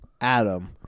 Adam